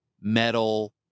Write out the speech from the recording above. metal